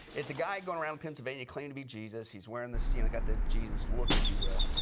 it's a guy going around pennsylvania claiming to be jesus. he is wearing this, you know, got the jesus look if you will.